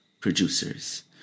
producers